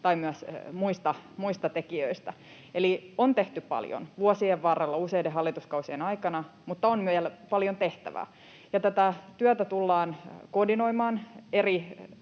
tai myös muista tekijöistä. Eli on tehty paljon vuosien varrella useiden hallituskausien aikana, mutta on vielä paljon tehtävää. Tätä työtä tullaan koordinoimaan eri